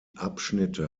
abschnitte